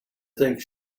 think